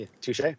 Touche